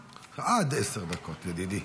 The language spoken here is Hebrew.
עד עשר דקות, ידידי.